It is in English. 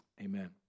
amen